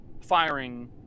firing